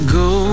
go